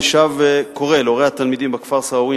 אני שב וקורא להורי התלמידים בכפר סוואווין